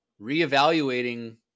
reevaluating